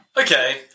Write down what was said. Okay